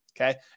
okay